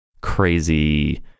crazy